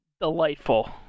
delightful